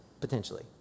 potentially